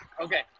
Okay